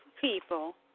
people